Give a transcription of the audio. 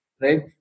right